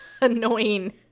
annoying